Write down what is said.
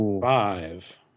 Five